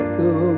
go